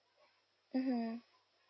mmhmm